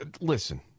listen